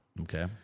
okay